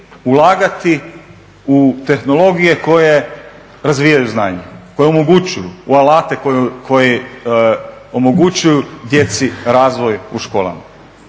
ulagati u tehnologije koje razvijaju znanje, u alate koji omogućuju djeci razvoj u školama.